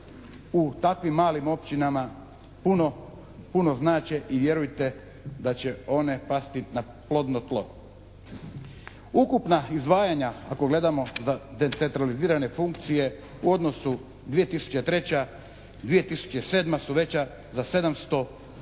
u takvim malim općinama puno znače i vjerujte da će one pasti na plodno tlo. Ukupna izdvajanja ako gledamo za decentralizirane funkcije u odnosu 2003., 2007. su veća za 753